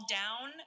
down